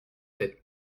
tête